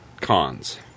cons